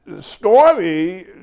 Stormy